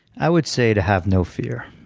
i would say to have no fear.